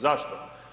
Zašto?